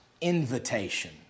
invitation